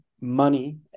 money